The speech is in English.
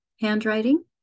handwriting